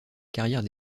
carrière